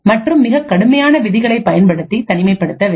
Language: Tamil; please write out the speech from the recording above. மற்றும் மிகக் கடுமையான விதிகளை பயன்படுத்தி தனிமைப்படுத்த வேண்டும்